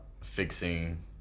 fixing